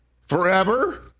forever